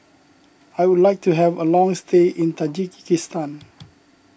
I would like to have a long stay in Tajikistan